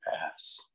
pass